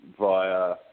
via